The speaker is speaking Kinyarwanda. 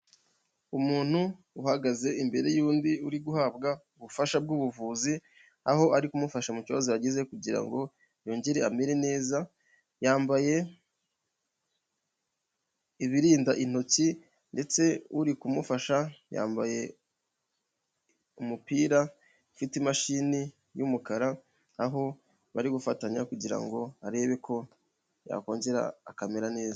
Umuntu uhagaze imbere y'undi uri guhabwa ubufasha bw'ubuvuzi aho ari kumufasha mu kibazo ya yagize kugira yongere amere neza, yambaye ibinda intoki ndetse uri kumufasha yambaye umupira ufite imashini y'umukara aho bari gufatanya kugira ngo arebe ko yakongera akamera neza.